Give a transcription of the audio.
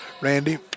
Randy